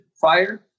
fire